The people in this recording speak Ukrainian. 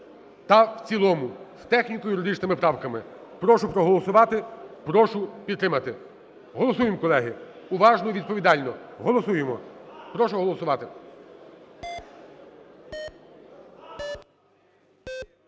та в цілому з техніко-юридичними правками. Прошу проголосувати, прошу підтримати. Голосуємо, колеги, уважно і відповідально. Голосуємо, прошу голосувати.